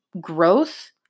Growth